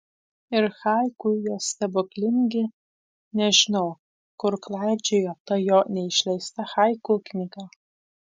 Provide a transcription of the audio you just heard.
ir haiku jo stebuklingi nežinau kur klaidžioja ta jo neišleista haiku knyga